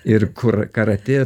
ir kur karatė